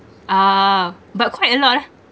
ah but quite a lot ah